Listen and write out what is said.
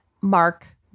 Mark